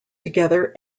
together